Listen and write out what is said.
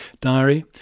Diary